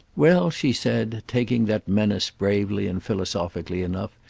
well, she said, taking that menace bravely and philosophically enough,